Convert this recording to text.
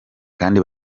kandi